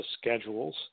schedules